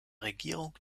regierung